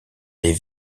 les